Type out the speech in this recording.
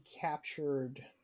captured